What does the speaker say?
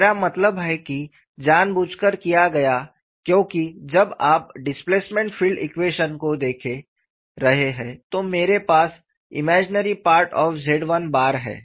मेरा मतलब है कि यह जानबूझकर किया गया है क्योंकि जब आप डिस्प्लेसमेंट फील्ड इक्वेशन को देख रहे हैं तो मेरे पास इमेजिनरी पार्ट ऑफ़ Z 1 बार है